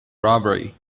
robbery